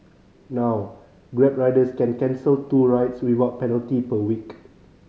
now Grab riders can cancel two rides without penalty per week